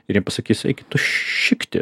ir jie pasakys eik tu šikti